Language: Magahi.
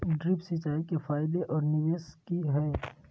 ड्रिप सिंचाई के फायदे और निवेस कि हैय?